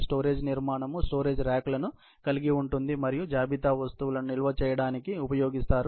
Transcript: storage నిర్మాణం storage రాక్లను కలిగి ఉంటుంది మరియు జాబితా వస్తువులను నిల్వ చేయడానికి ఉపయోగిస్తారు